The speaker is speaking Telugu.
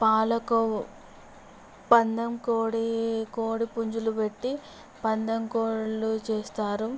పాలకోవు పందెం కోడి కోడి పుంజులు పెట్టి పందెం కోళ్ళు చేస్తారు